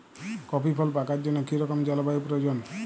Coffee ফল পাকার জন্য কী রকম জলবায়ু প্রয়োজন?